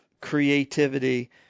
creativity